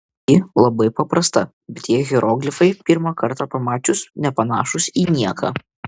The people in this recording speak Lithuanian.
ji labai paprasta bet tie hieroglifai pirmą kartą pamačius nepanašūs į nieką